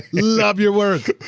love your work.